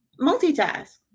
Multitask